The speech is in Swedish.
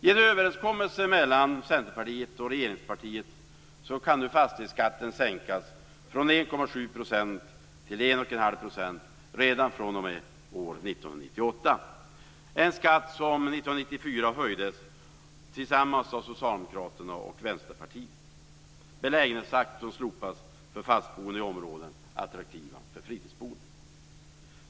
Genom överenskommelsen mellan Centerpartiet och regeringspartiet kan nu fastighetsskatten sänkas från 1,7 % till 1,5 % redan fr.o.m. år 1998 - en skatt som höjdes av Socialdemokraterna och Vänsterpartiet hösten 1994. Belägenhetsfaktorn slopas för fastboende i områden som är attraktiva för fritidsboende.